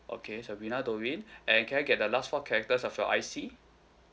okay sabrina dovin and can I get the last four characters of your I_C